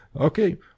Okay